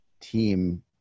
team